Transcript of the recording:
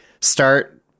start